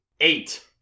Eight